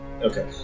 Okay